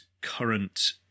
current